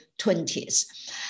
20s